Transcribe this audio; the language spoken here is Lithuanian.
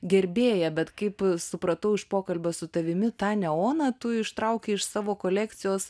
gerbėja bet kaip supratau iš pokalbio su tavimi tą neoną tu ištraukei iš savo kolekcijos